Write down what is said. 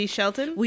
Shelton